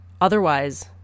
Otherwise